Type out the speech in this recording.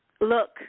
Look